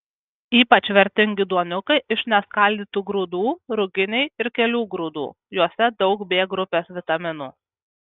ypač vertingi duoniukai iš neskaldytų grūdų ruginiai ir kelių grūdų juose daug b grupės vitaminų